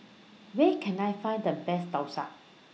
Where Can I Find The Best Thosai